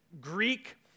Greek